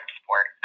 sport